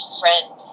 friend